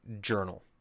journal